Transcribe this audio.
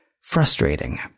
frustrating